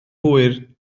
hwyr